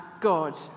God